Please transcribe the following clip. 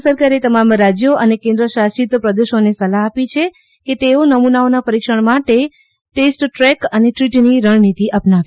કેન્વ્વ સરકારે તમામ રાજ્યો અને કેન્ણશાસિત પ્રદેશોને સલાહ આપી છે કે તેઓ નમૂનાઓના પરિક્ષણ માટે ટેસ્ટ ટ્રૈક અને ટ્રીટની રણનિતી અપનાવે